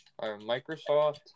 Microsoft